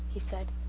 he said.